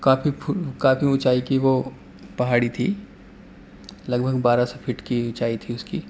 کافی اونچائی کی وہ پہاڑی تھی لگ بھگ بارہ سو فٹ کی اونچائی تھی اس کی